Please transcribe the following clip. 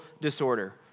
disorder